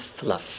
fluff